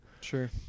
sure